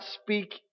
speak